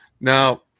Now